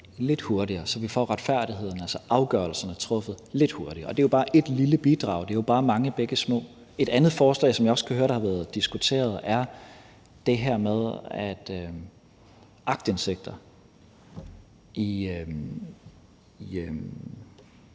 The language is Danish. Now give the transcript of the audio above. så vi får retfærdigheden, altså afgørelserne truffet lidt hurtigere. Det er jo bare et lille bidrag, det er jo bare mange bække små. Et andet forslag, som jeg også kan høre har været diskuteret, er det her med aktindsigt i